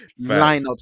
lineups